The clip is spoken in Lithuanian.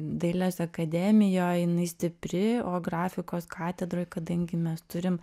dailės akademijoj jinai stipri o grafikos katedroj kadangi mes turim